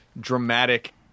dramatic